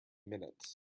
minutes